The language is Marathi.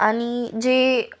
आणि जे